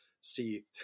see